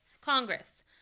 Congress